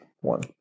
One